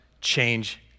change